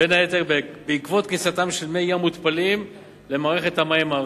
בין היתר בעקבות כניסתם של מי ים מותפלים למערכת המים הארצית.